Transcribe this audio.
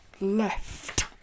Left